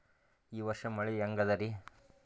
ಈ ವರ್ಷ ಮಳಿ ಹೆಂಗ ಅದಾರಿ?